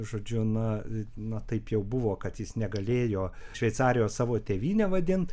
žodžiu na na taip jau buvo kad jis negalėjo šveicarijos savo tėvyne vadint